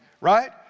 right